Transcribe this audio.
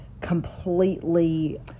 completely